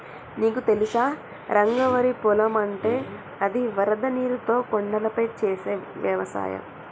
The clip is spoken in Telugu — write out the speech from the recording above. నీకు తెలుసా రంగ వరి పొలం అంటే అది వరద నీరుతో కొండలపై చేసే వ్యవసాయం